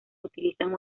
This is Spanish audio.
utilizan